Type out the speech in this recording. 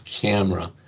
camera